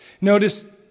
Notice